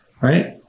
right